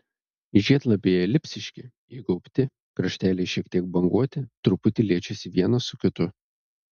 žiedlapiai elipsiški įgaubti krašteliai šiek tiek banguoti truputį liečiasi vienas su kitu